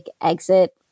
exit